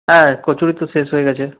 হ্যাঁ কচুরী তো শেষ হয়ে গেছে